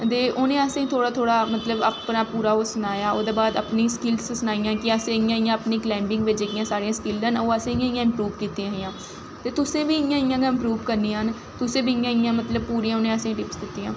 ते उ'नें असें गी थोह्ड़ा थोह्ड़ा मतलब पूरा ओह् सनाया उ'नें अपनी स्किलस सखाइयां असें इ'यां इ'यां अपनी बिच्च जेह्ड़ियां साढ़ियां स्किलस न ओह् असें इ'यां कीतियां हां ते तुसें बी इ'यां इ'यां गै इंप्रूव करनियां न तुसें बी इ'यां इ'यां उ'नें पूरियां असेंगी टिपस दित्तियां